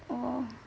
orh